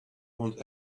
want